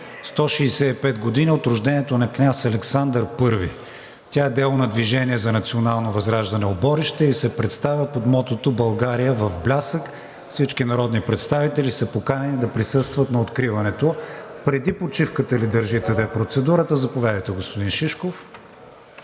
„165 години от рождението на княз Александър I“. Тя е дело на Движение за национално възраждане „Оборище“ и се представя под мотото „България в блясък“. Всички народни представители са поканени да присъстват на откриването. Преди почивката ли държите да е процедурата? Заповядайте, господин Шишков.